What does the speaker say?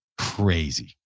crazy